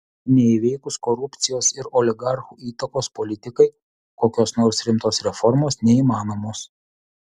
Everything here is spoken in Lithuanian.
neįveikus korupcijos ir oligarchų įtakos politikai kokios nors rimtos reformos neįmanomos